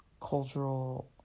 cultural